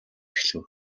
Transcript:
эхлэв